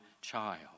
child